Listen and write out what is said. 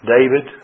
David